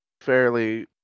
fairly